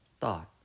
thought